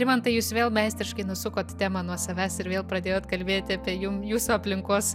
rimantai jūs vėl meistriškai nusukot temą nuo savęs ir vėl pradėjot kalbėti apie jum jūsų aplinkos